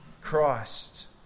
Christ